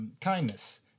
kindness